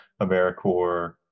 AmeriCorps